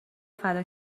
فدا